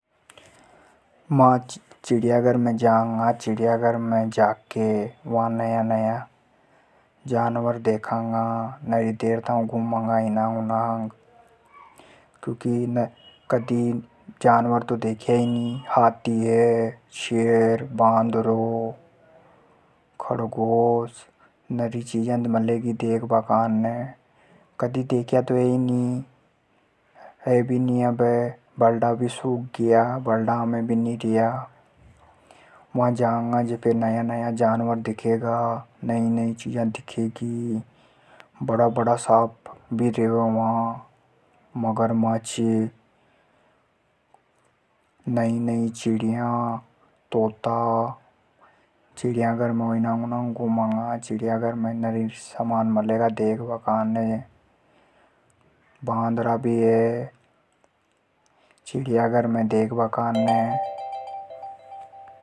मा चिड़ियाघर में जांगा। वा नया नया जानवर देखांगा। नरी देर तक घुमांगा, क्योंकि कदी जानवर तो देख्या नी शेर, खरगोश, बंदर, हाथी नरी चीजा मलेगी देखबा काने। कदी देख्या भी नी। अब हे भी नी, क्योंकि बल्डा भी सुख ग्या। वा जांगा जे नया नया जानवर दिखेगा। नई नई चीजा मलेगी देखबा काने। नरी देर तक घुमांगा।